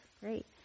great